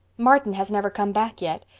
martin has never come back yet.